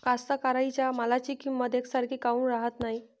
कास्तकाराइच्या मालाची किंमत यकसारखी काऊन राहत नाई?